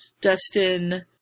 Dustin